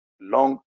long